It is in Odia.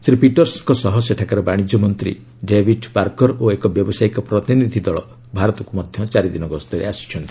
ଶ୍ରୀ ପିଟର୍ସଙ୍କ ସହ ସେଠାକାର ବାଶିଜ୍ୟମନ୍ତ୍ରୀ ଡାବିଡ୍ ପାର୍କର ଓ ଏକ ବ୍ୟବସାୟିକ ପ୍ରତିନିଧିଦଳ ଭାରତକୁ ଚାରିଦିନ ଗସ୍ତରେ ଆସିଚ୍ଚନ୍ତି